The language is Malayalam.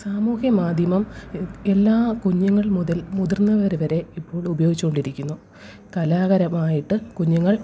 സാമൂഹ്യമാധ്യമം എല്ലാ കുഞ്ഞുങ്ങൾ മുതല് മുതിർന്നവർ വരെ ഇപ്പോള് ഉപയോഗിച്ചുകൊണ്ടിരിക്കുന്നു കലാപരമായിട്ട് കുഞ്ഞുങ്ങൾ